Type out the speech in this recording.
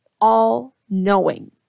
all-knowing